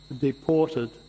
deported